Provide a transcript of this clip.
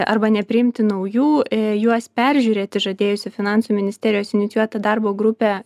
arba nepriimti naujų juos peržiūrėti žadėjusi finansų ministerijos inicijuota darbo grupė